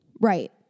right